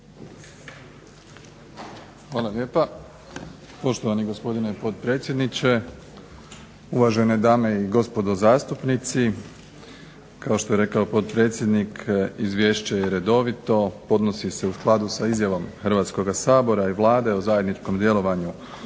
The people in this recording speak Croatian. Hvala lijepa poštovani gospodine potpredsjedniče, uvažene dame i gospodo zastupnici. Kao što je rekao potpredsjednik izvješće je redovito, podnosi se u skladu sa izjavom Hrvatskoga sabora i Vlade o zajedničkom djelovanju u